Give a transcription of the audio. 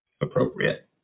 appropriate